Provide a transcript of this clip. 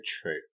TRUE